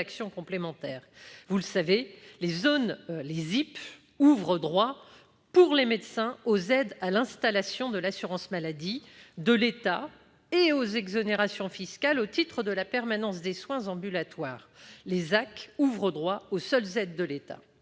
Vous le savez, les ZIP ouvrent droit pour les médecins aux aides à l'installation de l'assurance maladie de l'État et aux exonérations fiscales au titre de la permanence des soins ambulatoires. Les ZAC ouvrent droit aux seules aides de l'État.